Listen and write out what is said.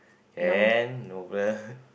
can no